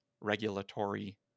regulatory